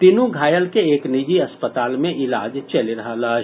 तीनू घायल के एक निजी अस्पताल मे इलाज चलि रहल अछि